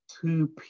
two